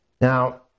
Now